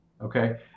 okay